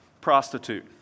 prostitute